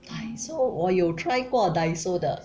Daiso 我有 try Daiso 的